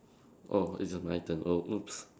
oh is it my turn oh !oops!